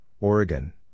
Oregon